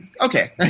Okay